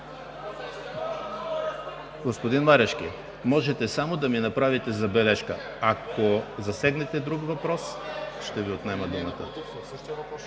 Господин Марешки, може само да ми направите забележка. Ако засегнете друг въпрос, ще Ви отнема думата.